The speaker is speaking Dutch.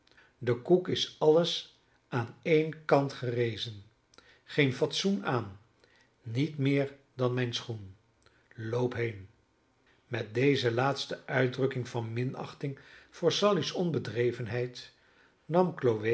de koek is alles aan één kant gerezen geen fatsoen aan niet meer dan mijn schoen loop heen met deze laatste uitdrukking van minachting voor sally's onbedrevenheid nam